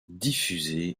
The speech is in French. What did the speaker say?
diffusée